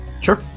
Sure